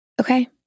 Okay